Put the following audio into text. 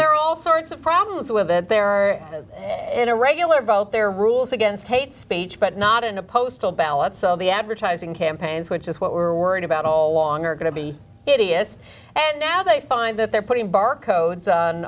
are all sorts of problems with it there are in a regular vote there are rules against hate speech but not in a postal ballot so the advertising campaigns which is what we're worried about all along d are going to be idiots and now they find that they're putting bar codes on